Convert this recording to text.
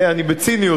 אני אומר בציניות,